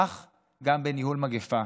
כך גם בניהול מגפה.